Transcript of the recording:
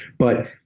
but